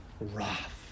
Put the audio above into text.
wrath